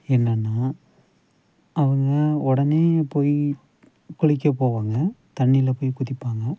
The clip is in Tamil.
என்னென்னால் அவங்க உடனே போய் குளிக்கப் போவாங்க தண்ணியில் போய்க் குதிப்பாங்க